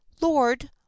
lord